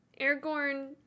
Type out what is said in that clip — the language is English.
aragorn